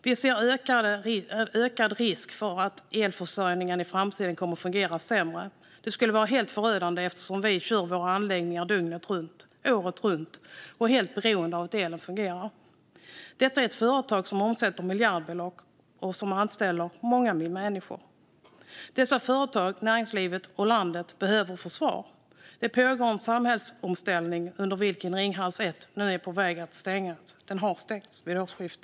Vi ser en ökad risk för att elförsörjningen i framtiden kommer att fungera sämre. Det skulle vara helt förödande eftersom vi kör våra anläggningar dygnet runt, året runt och är helt beroende av att elen fungerar, sa man. Detta är ett företag som omsätter miljardbelopp och anställer många människor. Företagen, näringslivet och landet behöver få svar. Det pågår en samhällsomställning under vilken Ringhals 1 nu stängdes vid årsskiftet.